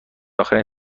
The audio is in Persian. آخرین